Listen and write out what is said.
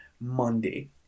Monday